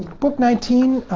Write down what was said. book nineteen,